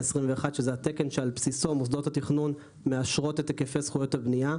זה התקן שעל בסיסו מוסדות התכנון מאשרות את היקפי זכויות הבנייה.